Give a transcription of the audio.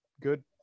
good